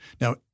Now